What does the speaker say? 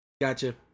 gotcha